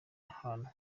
ahantu